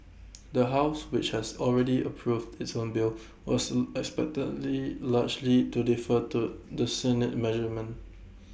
the house which has already approved its own bill was expectedly largely to defer to the Senate measurement